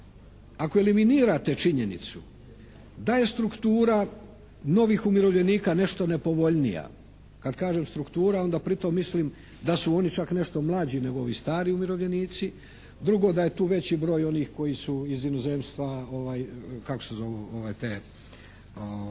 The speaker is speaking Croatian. ako eliminirate činjenicu da je struktura novih umirovljenika nešto nepovoljnija. Kad kažem struktura onda pritom mislim da su oni čak nešto mlađi nego ovi stari umirovljenici, drugo da je tu veći broj onih koji su iz inozemstva uzimali